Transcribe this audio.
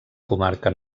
comarca